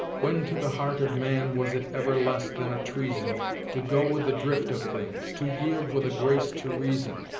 when to the heart of man was it ever less than a treason to go with the drift of things, to yield with a grace to reason,